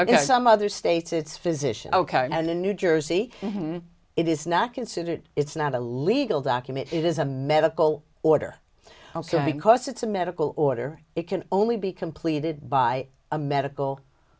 ok some other states it's physicians ok and in new jersey it is not considered it's not a legal document it is a medical order because it's a medical order it can only be completed by a medical